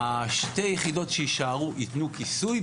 שתי היחידות שיישארו יתנו כיסוי.